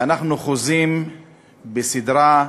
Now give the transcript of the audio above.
ואנחנו חוזים בסדרה,